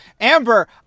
Amber